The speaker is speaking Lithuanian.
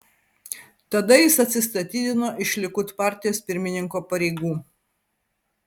tada jis atsistatydino iš likud partijos pirmininko pareigų